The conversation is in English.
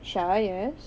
sya yes